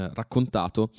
raccontato